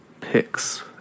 picks